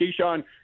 Keyshawn